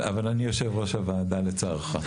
אבל אני יושב-ראש הוועדה, לצערך.